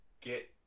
get